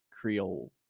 Creole